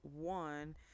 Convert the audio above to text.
one